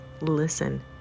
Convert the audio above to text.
Listen